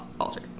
alter